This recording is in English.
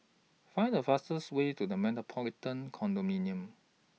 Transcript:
Find The fastest Way to The Metropolitan Condominium